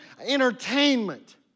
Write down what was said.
entertainment